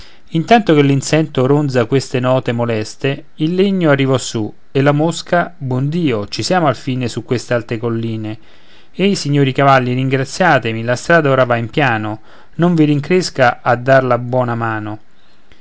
intanto che l'insetto ronza queste note moleste il legno arrivò su e la mosca buon dio ci siamo alfine su queste alte colline ehi signori cavalli ringraziatemi la strada ora va in piano non vi rincresca a dar la